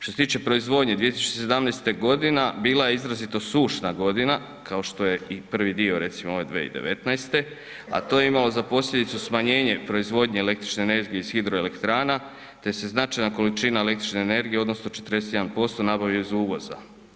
Što se tiče proizvodnje, 2017. godina bila je izrazito sušna godina, kao što je i prvi dio, recimo ove 2019., a to je imalo za posljedicu smanjenje proizvodnje električne energije iz hidroelektrana te se značajna količina električne energije, odnosno 41% nabavlja iz uvoza.